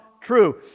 true